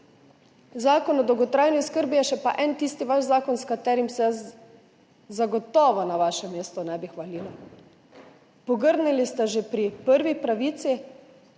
Zakon o dolgotrajni oskrbi je pa še en tisti vaš zakon, s katerim se jaz na vašem mestu zagotovo ne bi hvalila. Pogrnili ste že pri prvi pravici,